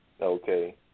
Okay